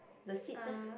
the seats eh